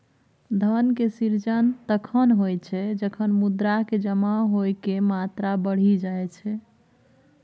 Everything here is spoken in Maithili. धन के सृजन तखण होइ छै, जखन मुद्रा के जमा होइके मात्रा बढ़ि जाई छै